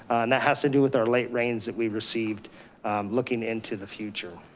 and that has to do with our late rains that we received looking into the future.